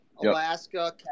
Alaska